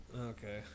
Okay